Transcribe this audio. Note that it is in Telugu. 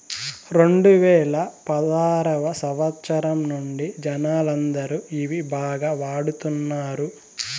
రెండువేల పదారవ సంవచ్చరం నుండి జనాలందరూ ఇవి బాగా వాడుతున్నారు